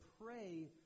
pray